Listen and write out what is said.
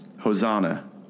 Hosanna